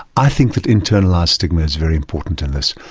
i think that internalised stigma is very important in this,